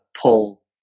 pull